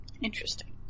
Interesting